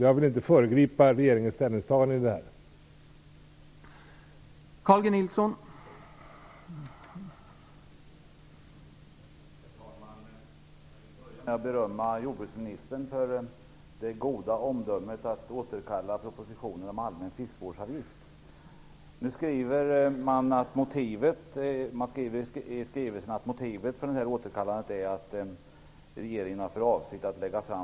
Jag vill inte föregripa regeringens ställningstagande i den här frågan.